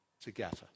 together